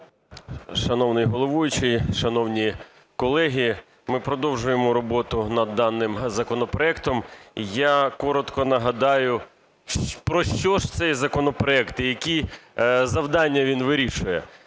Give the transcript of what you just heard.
Шановний Головуючий. Шановні колеги! Ми продовжуємо роботу над даним законопроектом. Я коротко нагадаю, про що ж цей законопроект, які завдання він вирішує.